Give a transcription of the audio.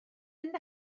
mynd